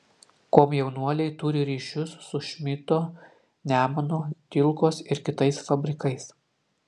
komjaunuoliai turi ryšius su šmidto nemuno tilkos ir kitais fabrikais